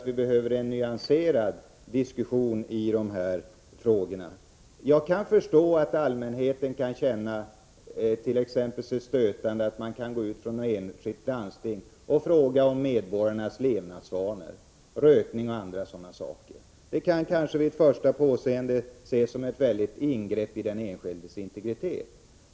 Vi behöver en nyanserad diskussion i dessa frågor. Jag kan förstå att allmänheten kan uppfatta det som stötande att t.ex. ett enskilt landsting går ut och frågar om medborgarnas levnadsvanor när det gäller rökning och andra sådana saker. Det kan kanske vid första påseendet tyckas vara ett stort ingrepp i den enskildes integritet.